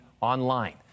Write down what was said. online